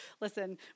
listen